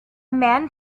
man